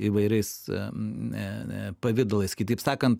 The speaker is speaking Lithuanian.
įvairiais pavidalais kitaip sakant